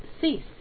cease